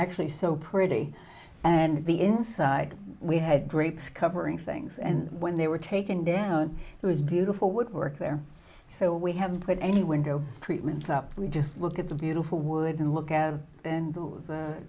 actually so pretty and the inside we had grapes covering things and when they were taken down it was beautiful would work there so we have put any window treatments up we just look at the beautiful wood and look at it and those